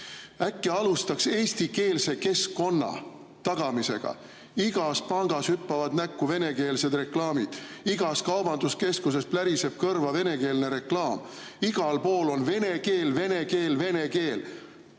äkki alustaks eestikeelse keskkonna tagamisest. Igas pangas hüppavad näkku venekeelsed reklaamid, igas kaubanduskeskuses pläriseb kõrva venekeelne reklaam, igal pool on vene keel, vene keel, vene keel.